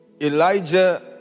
Elijah